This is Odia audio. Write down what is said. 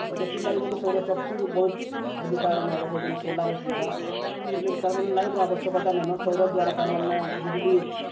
ଆର୍ ସେଥିର୍ ଲାଗି ବୋଲି ସୌରଶକ୍ତିର ବହୁତ୍ ଭୂମିକା ଇନ ସେନେ ସୋଲାର୍ର ସୁବିଧା ତାର୍ମାନେ ଲାଇନ୍ର ଆବଶ୍ୟକତା ନେନ ସୌର ଦ୍ୱାରା ତାର୍ମାନେ ବିଜୁଲି